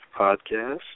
podcast